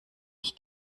mich